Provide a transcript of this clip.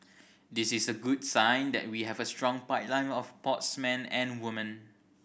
this is a good sign that we have a strong pipeline of sportsman and woman